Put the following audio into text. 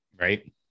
Right